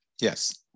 yes